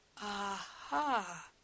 Aha